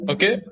Okay